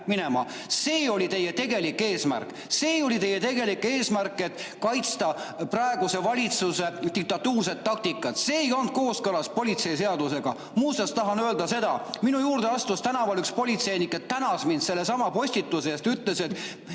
minema. See oli teie tegelik eesmärk. See oli teie tegelik eesmärk, et kaitsta praeguse valitsuse diktatuurset taktikat. See ei olnud kooskõlas politsei seadusega. Muuseas, ma tahan öelda seda: minu juurde astus tänaval üks politseinik, reapolitseinik, ja tänas mind sellesama postituse eest. Ta ütles: me